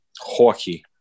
Hockey